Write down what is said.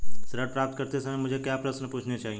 ऋण प्राप्त करते समय मुझे क्या प्रश्न पूछने चाहिए?